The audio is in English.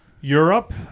europe